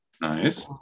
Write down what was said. Nice